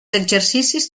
exercicis